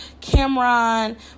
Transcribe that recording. Cameron